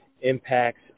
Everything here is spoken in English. impacts